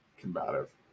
combative